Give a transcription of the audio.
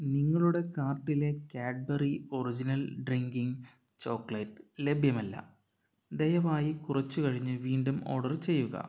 നിങ്ങളുടെ കാർട്ടിലെ Cadbury original drinking chocolate ലഭ്യമല്ല ദയവായി കുറച്ചു കഴിഞ്ഞ് വീണ്ടും ഓർഡർ ചെയ്യുക